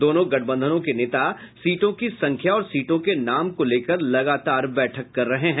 दोनों गठबंधनों के नेता सीटों की संख्या और सीटों के नाम को लेकर लगातार बैठक कर रहे हैं